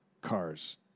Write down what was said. cars